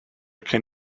can